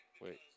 Wait